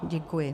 Děkuji.